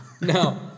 No